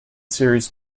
series